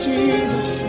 Jesus